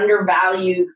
undervalued